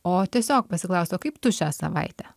o tiesiog pasiklausti o kaip tu šią savaitę